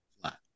flat